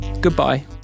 goodbye